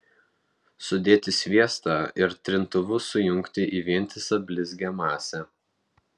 sudėti sviestą ir trintuvu sujungti į vientisą blizgią masę